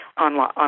online